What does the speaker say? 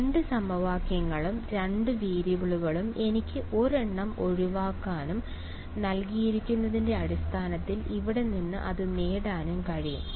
രണ്ട് സമവാക്യങ്ങളും രണ്ട് വേരിയബിളുകളും എനിക്ക് ഒരെണ്ണം ഒഴിവാക്കാനും നൽകിയിരിക്കുന്നതിന്റെ അടിസ്ഥാനത്തിൽ ഇവിടെ നിന്ന് അത് നേടാനും കഴിയും